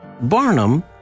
Barnum